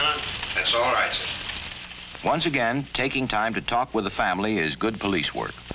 you that's all right once again taking time to talk with the family is good police work